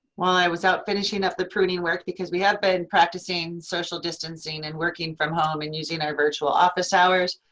while i was out finishing up the pruning work because we have been practicing social distancing and working from home and using our virtual office hours.